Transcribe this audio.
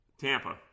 Tampa